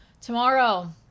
tomorrow